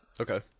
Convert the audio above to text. Okay